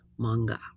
manga